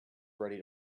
ready